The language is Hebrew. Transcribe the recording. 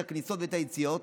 את הכניסות ואת היציאות,